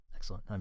Excellent